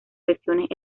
presiones